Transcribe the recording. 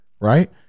right